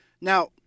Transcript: Now